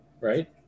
Right